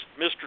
Mr